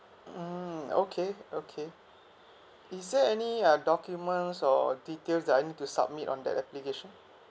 mmhmm okay okay is there any uh documents or details that I need to submit on the application